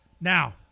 Now